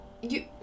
you-